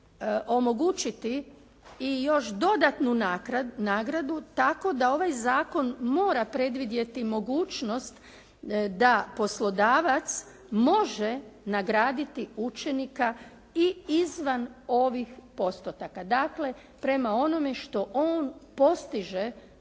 omogućiti i još dodatnu nagradu tako da ovaj zakon mora predvidjeti mogućnost da poslodavac može nagraditi učenika i izvan ovih postotaka. Dakle prema onome što on postiže kao